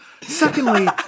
Secondly